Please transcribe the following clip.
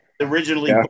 Originally